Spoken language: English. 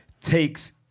takes